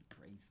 Praise